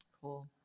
Cool